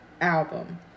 album